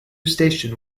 station